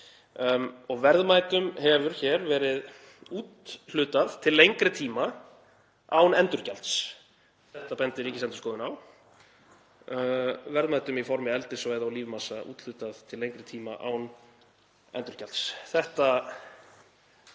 Verðmætum hefur hér verið úthlutað til lengri tíma án endurgjalds. Þetta bendir Ríkisendurskoðun á. Verðmætum í formi eldissvæða og lífmassa úthlutað til lengri tíma án endurgjalds. Þetta